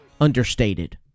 understated